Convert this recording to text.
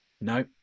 No